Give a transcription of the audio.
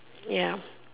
ya